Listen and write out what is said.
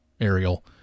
Ariel